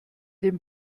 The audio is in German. dem